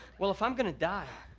well if i'm gonna die,